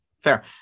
fair